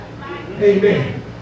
Amen